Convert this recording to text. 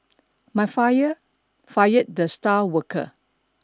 my fire fired the star worker